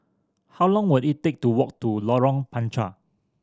how long will it take to walk to Lorong Panchar